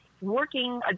working